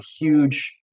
huge